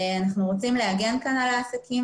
אנחנו רוצים להגן כאן על העסקים.